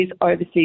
overseas